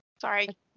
sorry